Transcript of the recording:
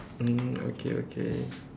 mm okay okay